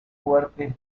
fuertes